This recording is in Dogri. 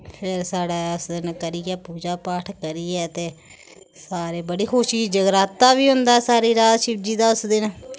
फिर साढ़ै उस दिन करियै पूजा पाठ करियै ते सारे बड़ी खुशी जगराता बी होंदा सारी रात शिवजी दा उस दिन